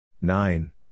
Nine